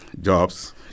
jobs